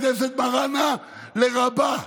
הכנסת מראענה לרבה.